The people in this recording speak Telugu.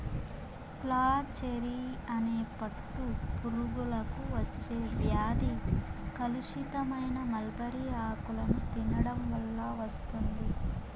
ఫ్లాచెరీ అనే పట్టు పురుగులకు వచ్చే వ్యాధి కలుషితమైన మల్బరీ ఆకులను తినడం వల్ల వస్తుంది